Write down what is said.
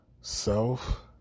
self